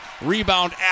Rebound